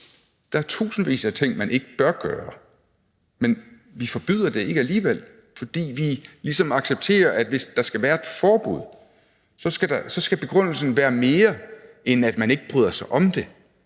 Der er tusindvis af ting, man ikke bør gøre, men vi forbyder det ikke alligevel, fordi vi ligesom accepterer, at hvis der skal være et forbud, så skal begrundelsen være mere, end at man ikke bryder sig om det.